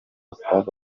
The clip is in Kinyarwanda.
stade